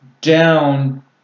down